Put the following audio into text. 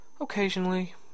Occasionally